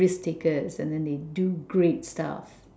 risk takers and then they do great stuff